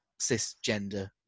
cisgender